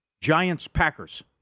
Giants-Packers